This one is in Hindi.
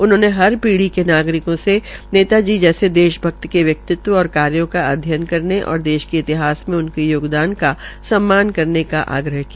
उन्होनें हर पीढ़ी के नागरकों से नेता जी जैसे देशभक्त के व्यक्तित्व और कार्यो का अध्ययन करने और देश के इतिहास मे उनके योगदान का सम्मान करने का आग्रह किया